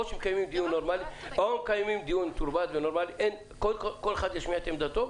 או שמקיימים דיון מתורבת ונורמלי כל אחד ישמיע את עמדתו.